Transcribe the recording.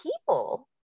people